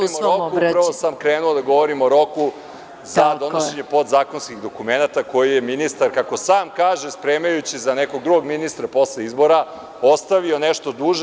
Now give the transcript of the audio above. Upravo sam krenuo da govorim o roku za donošenje podzakonskih dokumenata koji je ministar, kako sam kaže, spremajući za nekog drugog ministra posle izbora, ostavio nešto duže.